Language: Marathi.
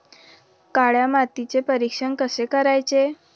काळ्या मातीचे परीक्षण कसे करायचे?